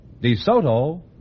DeSoto